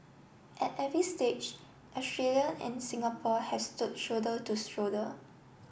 at every stage Australia and Singapore have stood shoulder to shoulder